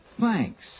Thanks